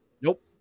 Nope